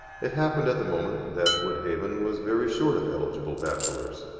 it happened at the moment that woodhaven was very short of eligible bachelors.